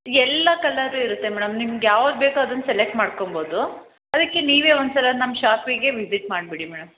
ಎಲ್ಲ ಕಲ್ಲರು ಇರುತ್ತೆ ಮೇಡಮ್ ನಿಮ್ಗೆ ಯಾವ್ದು ಬೇಕು ಅದನ್ನ ಸೆಲೆಕ್ಟ್ ಮಾಡ್ಕೊಳ್ಬೋದು ಅದಕ್ಕೆ ನೀವೆ ಒಂದು ಸಲ ಶಾಪ್ಗೆ ವಿಸಿಟ್ ಮಾಡಿಬಿಡಿ ಮೇಡಮ್